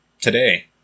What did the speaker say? today